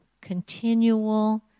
continual